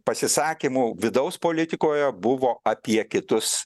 pasisakymų vidaus politikoje buvo apie kitus